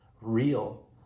real